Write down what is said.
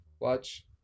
watch